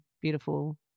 beautiful